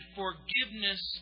forgiveness